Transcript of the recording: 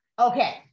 Okay